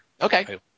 Okay